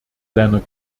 seiner